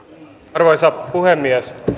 arvoisa puhemies